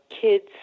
kids